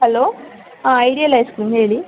hello ಹಾಂ ideal ice cream ಹೇಳಿ